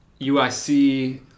UIC